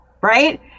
right